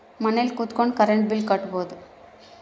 ಮನೆಲ್ ಕುತ್ಕೊಂಡ್ current bill ಕಟ್ಬೊಡು